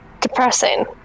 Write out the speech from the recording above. depressing